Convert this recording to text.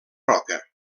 roca